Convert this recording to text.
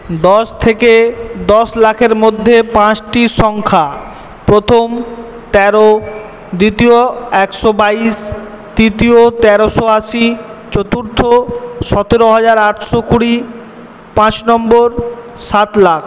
দশ থেকে দশ লাখের মধ্যে পাঁচটি সংখ্যা প্রথম তেরো দ্বিতীয় একশো বাইশ তৃতীয় তেরোশো আশি চতুর্থ সতেরো হাজার আটশো কুড়ি পাঁচ নম্বর সাত লাখ